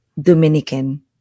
Dominican